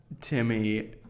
Timmy